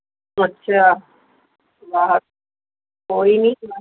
ਅੱਛਾ ਬਾਹਰ ਕੋਈ ਨਹੀਂ